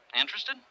Interested